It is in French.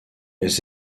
les